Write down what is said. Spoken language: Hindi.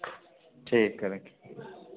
ठीक है रखिए